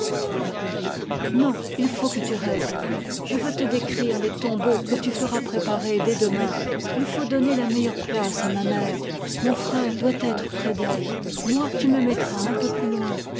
marguerite non il faut que tu restes je veux te décrire les tombeaux que tu feras préparer dès demain i faut donner la meilleure place à ma mère mon frère doit être près d'elle moi tu me mettras un peu plus loin